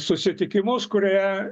susitikimus kurie